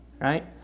Right